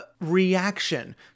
reaction